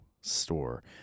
store